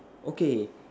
okay